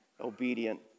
obedient